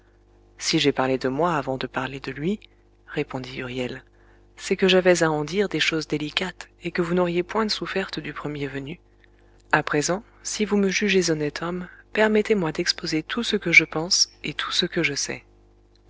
si j'ai parlé de moi avant de parler de lui répondit huriel c'est que j'avais à en dire des choses délicates et que vous n'auriez point souffertes du premier venu à présent si vous me jugez honnête homme permettez-moi d'exposer tout ce que je pense et tout ce que je sais